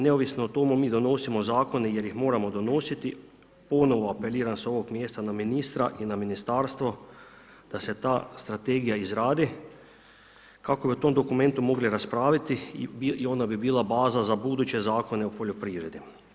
Neovisno o tome, mi donosimo Zakone jer ih moramo donositi, ponovo apeliram s ovoga mjesta, na ministra i Ministarstvo, da se ta strategija izradi, kako bi o tom dokumentu mogli raspraviti i onda bi bila baza za buduće Zakone o poljoprivredi.